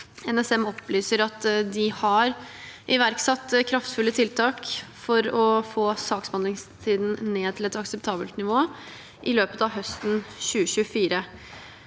NSM opplyser at de har iverksatt kraftfulle tiltak for å få saksbehandlingstiden ned til et akseptabelt nivå i løpet av høsten 2024.